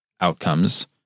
outcomes